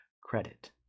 Credit